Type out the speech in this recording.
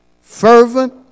fervent